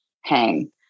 hang